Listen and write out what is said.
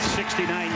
69